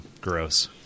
gross